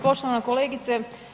Poštovana kolegice.